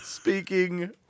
Speaking